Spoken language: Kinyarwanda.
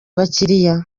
abakiriya